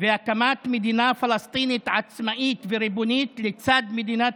והקמת מדינה פלסטינית עצמאית וריבונית לצד מדינת